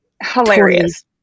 hilarious